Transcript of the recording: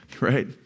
right